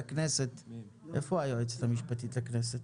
איפה היועצת המשפטית לכנסת?